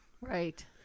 Right